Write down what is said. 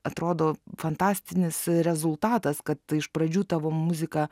atrodo fantastinis rezultatas kad iš pradžių tavo muzika